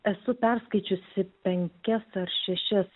esu perskaičiusi penkias ar šešias